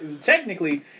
technically